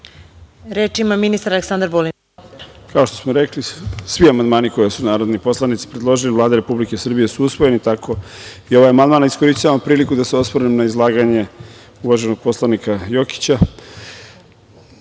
Vulin. **Aleksandar Vulin** Kao što smo rekli, svi amandmani koje su narodni poslanici predložili od Vlada Republike Srbije su usvojeni, tako i ovaj amandman. Iskoristiću priliku da se osvrnem na izlaganje uvaženog poslanika Jokića. Kada